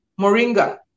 moringa